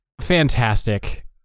Fantastic